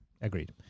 Agreed